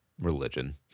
religion